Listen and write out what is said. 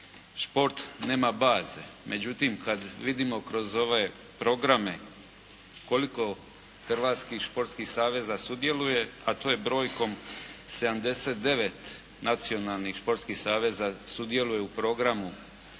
šport nema baze. Međutim, kad vidimo kroz ove programe koliko hrvatskih športskih saveza sudjeluje a to je brojkom 79 nacionalnih športskih saveza sudjeluje u programu